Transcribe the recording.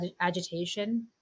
agitation